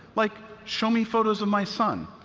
like, show me photos of my son,